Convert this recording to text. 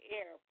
air